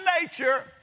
nature